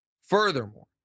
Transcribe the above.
Furthermore